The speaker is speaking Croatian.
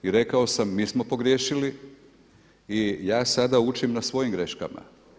I rekao sam mi smo pogriješili i ja sada učim na svojim greškama.